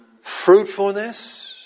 fruitfulness